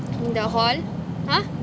in the hall !huh!